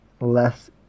less